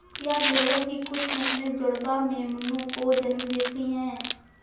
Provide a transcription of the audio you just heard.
क्या भेड़ों की कुछ नस्लें जुड़वा मेमनों को जन्म देती हैं?